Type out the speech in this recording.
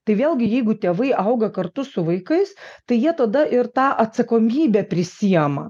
tai vėlgi jeigu tėvai auga kartu su vaikais tai jie tada ir tą atsakomybę prisiema